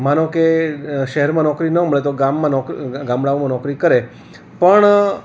માનો કે શહેરમાં નોકરી ન મળે તો ગામમાં ગામડાંઓમાં નોકરી કરે પણ